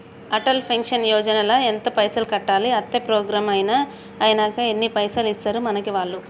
Atal pension Yojana ల ఎంత పైసల్ కట్టాలి? అత్తే ప్రోగ్రాం ఐనాక ఎన్ని పైసల్ ఇస్తరు మనకి వాళ్లు?